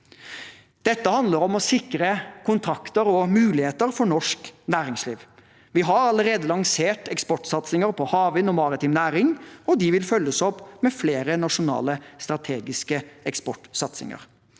eigarskap sikre kontrakter og muligheter for norsk næringsliv. Vi har allerede lansert eksportsatsinger på havvind og maritim næring, og de vil følges opp med flere nasjonale strategiske eksportsatsinger.